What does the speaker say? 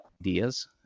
ideas